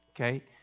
Okay